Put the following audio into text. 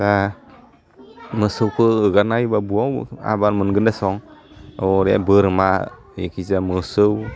दा मोसौखौ हगारना होयोबा बहा आबाद गोनगोन दासं हरै बोरमा एखिजाया मोसौ